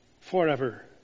forever